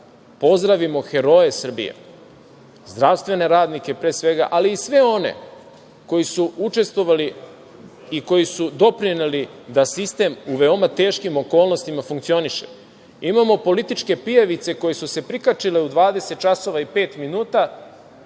pozdravimo heroje Srbije, zdravstvene radnike, pre svega, ali i sve one koji su učestvovali i koji su doprineli da sistem u veoma teškim okolnostima funkcioniše, imamo političke pijavice koje su se prikačile u 20.05